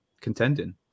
contending